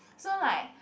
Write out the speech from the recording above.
so like